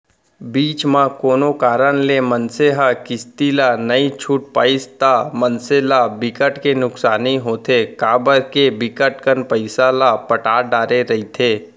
बीच म कोनो कारन ले मनसे ह किस्ती ला नइ छूट पाइस ता मनसे ल बिकट के नुकसानी होथे काबर के बिकट कन पइसा ल पटा डरे रहिथे